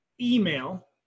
email